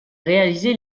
réalisé